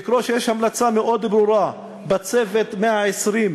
לקרוא שיש המלצה מאוד ברורה ב"צוות 120"